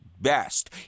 best